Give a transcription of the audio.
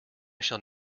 shall